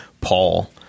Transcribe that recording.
Paul